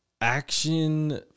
action